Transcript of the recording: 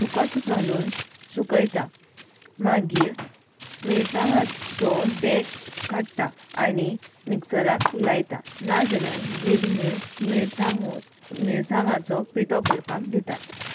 सुकत घालून सुकयता मागीर मिरसांगाचो देंट काडटा आनी मिक्सराक लायता नाजाल्यार गिरणीर मिरसांगो मिरसांगाचो पिठो करपाक दितात